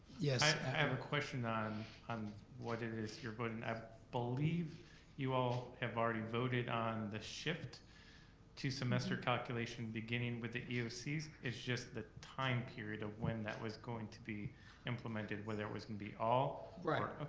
yes? i have a question on um what and it is you're voting. i believe you all have already voted on the shift to semester calculation beginning with the eocs, it's just the time period of when that was going to be implemented, whether that was going to be all. right.